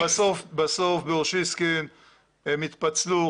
בסוף באוסישקין הם התפצלו,